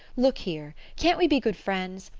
look here. can't we be good friends?